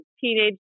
teenage